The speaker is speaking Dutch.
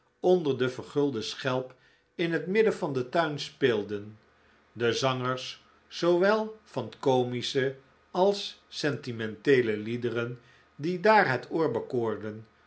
onder de vergulde schelp in het midden van den tuin speelden de zangers zoowel van komische als sentimenteele liederen die daar het oor bekoorden